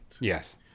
Yes